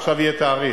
עכשיו יהיה תאריך.